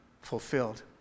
fulfilled